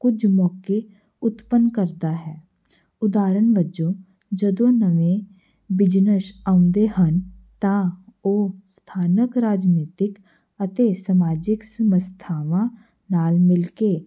ਕੁਝ ਮੌਕੇ ਉਤਪੰਨ ਕਰਦਾ ਹੈ ਉਦਾਹਰਣ ਵਜੋਂ ਜਦੋਂ ਨਵੇਂ ਬਿਜਨਸ ਆਉਂਦੇ ਹਨ ਤਾਂ ਉਹ ਸਥਾਨਕ ਰਾਜਨੀਤਿਕ ਅਤੇ ਸਮਾਜਿਕ ਸੰਸਥਾਵਾਂ ਨਾਲ ਮਿਲ ਕੇ